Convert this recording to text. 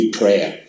prayer